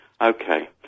Okay